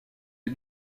est